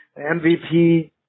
MVP